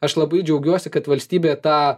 aš labai džiaugiuosi kad valstybė tą